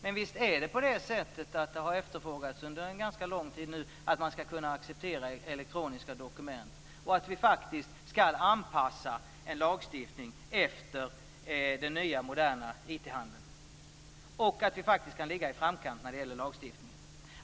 Men visst har det under en ganska lång tid nu efterfrågats att man ska kunna accepterar elektroniska dokument och att vi ska anpassa en lagstiftning efter den nya moderna IT handeln. Vi kan faktiskt ligga i framkant när det gäller den lagstiftningen.